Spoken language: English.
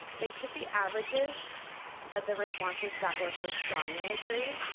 they took the averages of the responses that were for strongly agree,